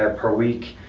ah per week,